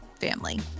family